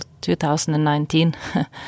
2019